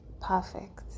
perfect